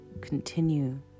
continue